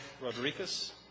Rodriguez